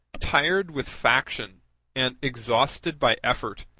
tired with faction and exhausted by effort,